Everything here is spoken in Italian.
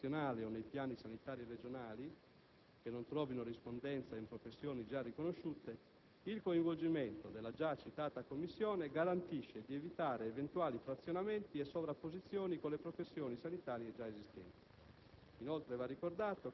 previsti nel Piano sanitario nazionale o nei Piani sanitari regionali, che non trovino rispondenza in professioni già riconosciute, il coinvolgimento della già citata commissione garantisce di evitare eventuali frazionamenti e sovrapposizioni con le professioni sanitarie già esistenti.